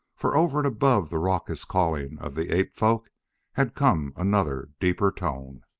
for over and above the raucous calling of the ape-folk had come another deeper tone.